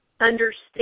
understand